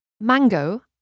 mango